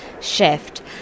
shift